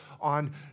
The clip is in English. On